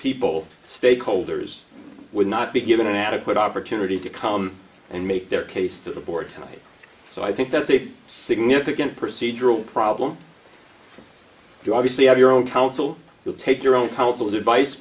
people stakeholders would not be given an adequate opportunity to come and make their case to the board tonight so i think that's a significant procedural problem you obviously have your own counsel to take your own counsel advice